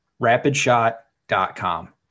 Rapidshot.com